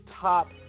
top